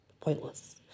pointless